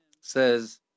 says